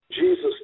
Jesus